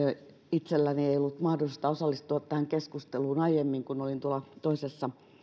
itselläni ei ollut mahdollista osallistua tähän keskusteluun aiemmin kun olin toisessa